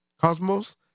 cosmos